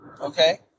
Okay